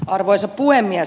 arvoisa puhemies